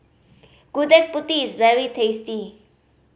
Gudeg Putih is very tasty